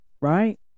right